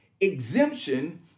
Exemption